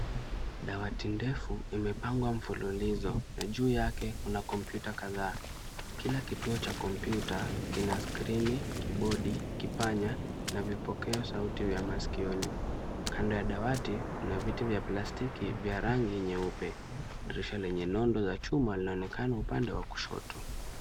Dawati ndefu imepangwa mfululizo, na juu yake kuna kompyuta kadhaa. Kila kituo cha kompyuta kina skrini, kibodi, kipanya, na vipokeo sauti vya masikioni. Kando ya dawati kuna viti vya plastiki vya rangi nyeupe, dirisha lenye nondo za chuma linaonekana upande wa kushoto.